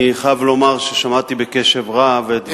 אני חייב לומר ששמעתי בקשב רב את דבריו,